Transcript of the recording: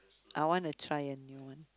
I want to try a new one